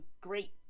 great